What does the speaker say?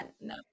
no